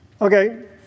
Okay